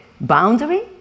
boundary